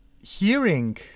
hearing